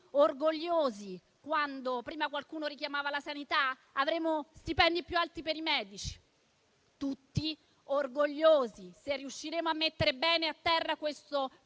orgogliosi quando - prima qualcuno richiamava la sanità - avremo stipendi più alti per i medici; saremo tutti orgogliosi se riusciremo a mettere bene a terra questo